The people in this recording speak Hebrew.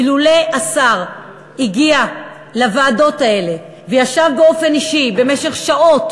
אילולא הגיע השר לישיבות האלה וישב באופן אישי במשך שעות,